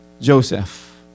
Joseph